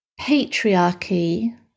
patriarchy